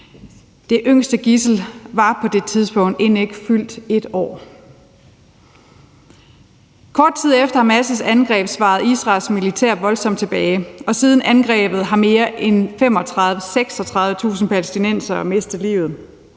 Det yngste gidsel var på det tidspunkt end ikke fyldt 1 år. Kort tid efter Hamas' angreb svarede Israels militær voldsomt tilbage, og siden angrebet har mere end 36.000 palæstinenser mistet livet.